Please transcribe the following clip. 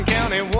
County